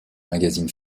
magazine